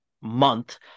month